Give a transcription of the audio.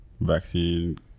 vaccine